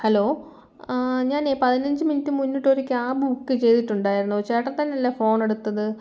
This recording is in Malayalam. ഹലോ ഞാനേയ് പതിനഞ്ച് മിനിറ്റ് മുന്നിട്ടൊരു ക്യാബ് ബുക്ക് ചെയ്തിട്ടുണ്ടായിരുന്നു ചേട്ടൻ തന്നയല്ലേ ഫോണെടുത്തത്